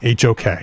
HOK